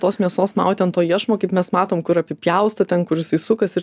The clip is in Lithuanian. tos mėsos mauti ant to iešmo kaip mes matom kur apipjausto ten kur jisai sukasi ir